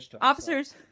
officers